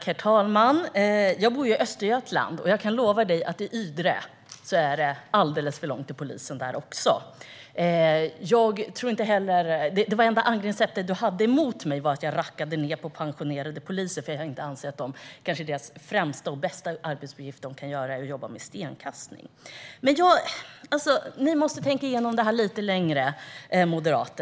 Herr talman! Jag bor i Östergötland, och jag kan lova dig, Krister Hammarbergh, att det också i Ydre är alldeles för långt till polisen. Det enda du angrep mig för var att jag rackade ned på pensionerade poliser eftersom jag inte anser att den bästa arbetsuppgiften för dem är att jobba med stenkastare. Ni i Moderaterna måste tänka igenom detta lite mer.